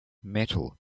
metal